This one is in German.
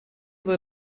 war